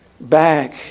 back